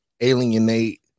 alienate